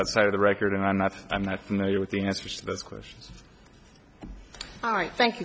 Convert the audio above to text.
outside of the record and i'm not i'm not familiar with the answers to those questions i thank